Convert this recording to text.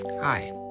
Hi